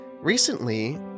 Recently